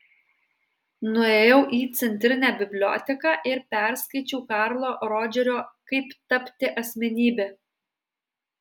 nuėjau į centrinę biblioteką ir perskaičiau karlo rodžerio kaip tapti asmenybe